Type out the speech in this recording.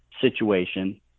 situation